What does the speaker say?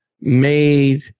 Made